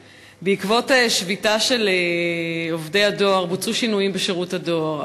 בעקבות שביתה של עובדי הדואר בוצעו שינויים בשירות הדואר,